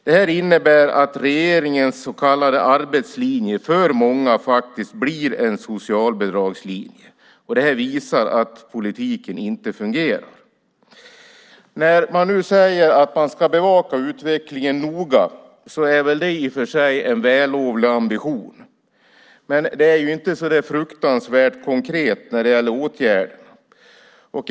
Det här innebär att regeringens så kallade arbetslinje för många blir en socialbidragslinje. Detta visar att politiken inte fungerar. När man nu säger att man ska bevaka utvecklingen noga är det i och för sig en vällovlig ambition. Men det är inte så fruktansvärt konkret när det gäller åtgärder.